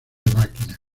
máquina